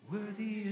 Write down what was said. Worthy